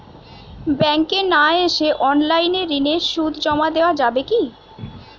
ব্যাংকে না এসে অনলাইনে ঋণের সুদ জমা দেওয়া যাবে কি?